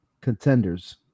contenders